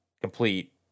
complete